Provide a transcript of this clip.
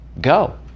go